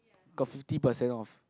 got fifty percent off